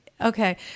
Okay